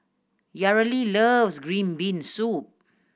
Yareli loves green bean soup